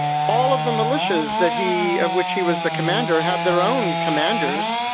all of the militias that he. of which he was the commander have their own commanders,